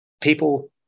people